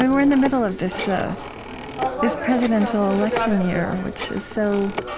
and we're in the middle of this ah this presidential election year, which is so